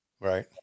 right